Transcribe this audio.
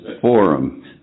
Forum